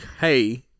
hey